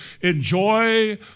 enjoy